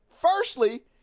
Firstly